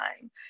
time